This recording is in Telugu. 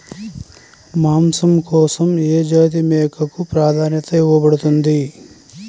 మాంసం కోసం ఏ జాతి మేకకు ప్రాధాన్యత ఇవ్వబడుతుంది?